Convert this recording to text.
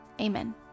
Amen